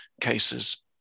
cases